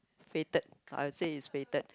fated I will say is fated